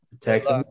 Texas